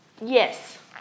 Yes